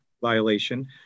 violation